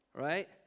Right